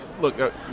look